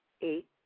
eight